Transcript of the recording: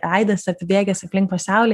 aidas apibėgęs aplink pasaulį